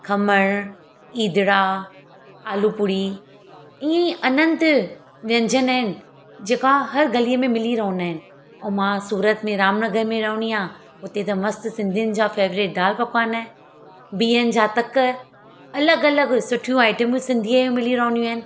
खमण ईदड़ा आलू पुड़ी इए अनंत व्यंजन आहिनि जेका हर गलीअ में मिली रहंदा आहिनि अऊं मां सूरत में रामनगर में रहंदी आहियां हुते त मस्त सिंधिनि जा फेवरेट दाल पकवान बिहनि जा टक अलॻि अलॻि सुठियूं आइटमूं सिंधीअयूं मिली रहंदियूं आहिनि